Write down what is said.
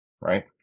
right